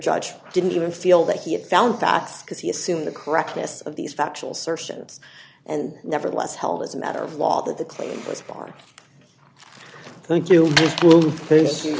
judge didn't even feel that he had found fast because he assumed the correctness of these factual search ships and nevertheless held as a matter of law that the